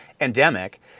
endemic